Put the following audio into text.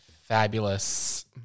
fabulous